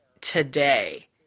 today